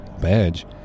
Badge